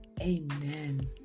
Amen